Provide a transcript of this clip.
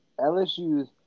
LSU's